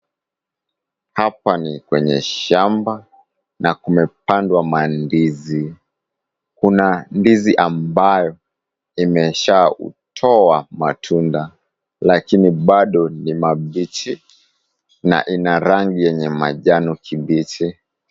Hapa ni kwenye shamba, na kumepandwa mandizi. Kuna ndizi ambayo imeshautoa matunda, lakini bado ni mabichi, na ina rangi yenye manjano kibichi.